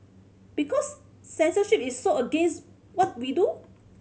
because censorship is so against what we do